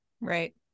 right